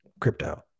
crypto